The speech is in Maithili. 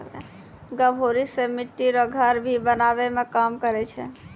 गभोरी से मिट्टी रो घर भी बनाबै मे काम करै छै